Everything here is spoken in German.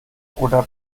oder